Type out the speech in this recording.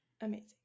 amazing